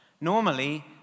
Normally